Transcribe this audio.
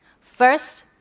First